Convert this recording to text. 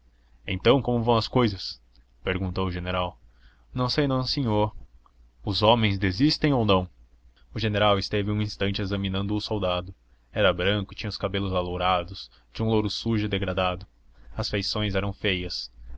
então como vão as cousas perguntou o general não sei não sinhô os homens desistem ou não o general esteve um instante examinando o soldado era branco e tinha os cabelos alourados de um louro sujo e degradado as feições eram feias